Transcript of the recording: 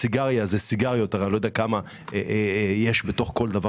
זה סיגריות אבל לא יודע כמה יש בכל דבר